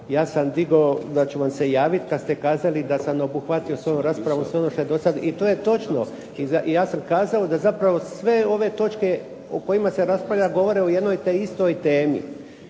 Ja sam digao da ću vam se javiti pa ste kazali da sam obuhvatio svojom raspravom sve ono što je do sada. I to je točno, ja sam kazao da zapravo sve ove točke o kojima se raspravlja govore o jednoj te istoj temi.